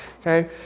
Okay